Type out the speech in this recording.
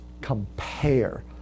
compare